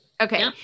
Okay